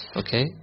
okay